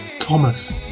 Thomas